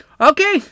Okay